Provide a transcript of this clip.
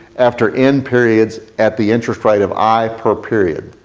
after n periods at the interest rate of i per period.